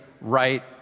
right